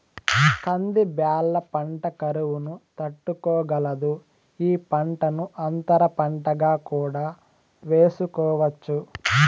కంది బ్యాళ్ళ పంట కరువును తట్టుకోగలదు, ఈ పంటను అంతర పంటగా కూడా వేసుకోవచ్చు